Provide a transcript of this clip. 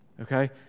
Okay